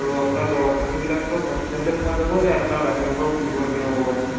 আৰু আপোনাৰ দৰৱ পাতিবিলাক চব হস্পিটেলতে পোৱা যাব নে আপোনাৰ বাহিৰৰ পৰাও কিনিবলগীয়া হ'ব পাৰে